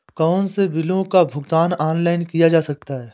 कौनसे बिलों का भुगतान ऑनलाइन किया जा सकता है?